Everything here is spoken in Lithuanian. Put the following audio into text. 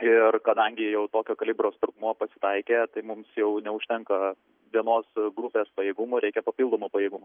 ir kadangi jau tokio kalibro sprogmuo pasitaikė tai mums jau neužtenka vienos grupės pajėgumų reikia papildomų pajėgumų